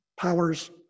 powers